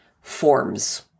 forms